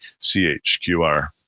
CHQR